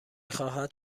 خواهد